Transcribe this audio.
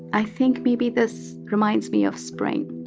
i think maybe this reminds me of spring.